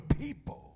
people